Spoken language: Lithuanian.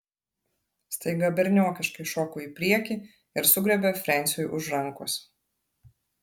staiga berniokiškai šoko į priekį ir sugriebė frensiui už rankos